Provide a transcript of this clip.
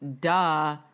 duh